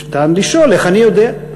אפשר לשאול איך אני יודע,